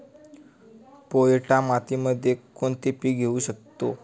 पोयटा मातीमध्ये कोणते पीक घेऊ शकतो?